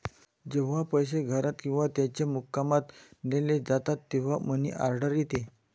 जेव्हा पैसे घरात किंवा त्याच्या मुक्कामात नेले जातात तेव्हा मनी ऑर्डर येते